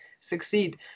succeed